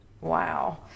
Wow